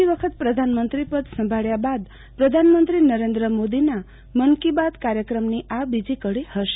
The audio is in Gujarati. બીજી વખત પ્રધાનમંત્રી પદ સંભાળ્યા બાદ પ્રધાનમંત્રી નરેન્દ્ર મોદીના મન કી બાત કાર્યક્રમની આ બીજી કડી હશે